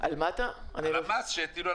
על המס שהטילו על